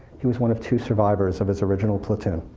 he was one of two survivors of his original platoon.